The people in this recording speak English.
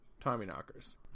Tommyknockers